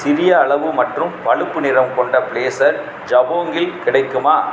சிறிய அளவு மற்றும் பழுப்பு நிறம் கொண்ட ப்ளேசர் ஜபோங்கில் கிடைக்குமா